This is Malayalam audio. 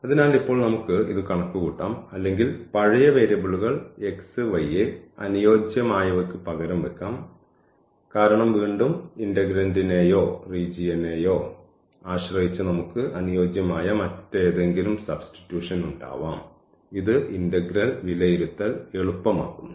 അതിനാൽ ഇപ്പോൾ നമുക്ക് ഇത് കണക്കുകൂട്ടാം അല്ലെങ്കിൽ പഴയ വേരിയബിളുകൾ x y യെ അനുയോജ്യമായവയ്ക്ക് പകരം വയ്ക്കാം കാരണം വീണ്ടും ഇന്റെഗ്രേന്റിനെയോ റീജിയനെയോ ആശ്രയിച്ച് നമുക്ക് അനുയോജ്യമായ മറ്റേതെങ്കിലും സുബ്സ്റ്റിട്യൂഷൻ ഉണ്ടാവാം ഇത് ഇന്റഗ്രൽ വിലയിരുത്തൽ എളുപ്പമാക്കുന്നു